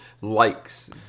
likes